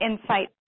insight